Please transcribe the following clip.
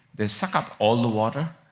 they suck up all the water.